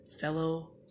fellow